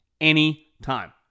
anytime